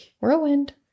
whirlwind